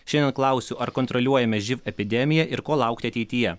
šiandien klausiu ar kontroliuojame živ epidemiją ir ko laukti ateityje